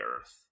earth